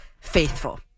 faithful